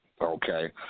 Okay